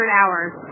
hours